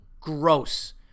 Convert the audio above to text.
gross